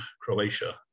Croatia